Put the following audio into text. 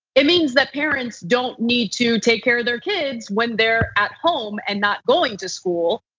it means that parents don't need to take care of their kids when they're at home and not going to school.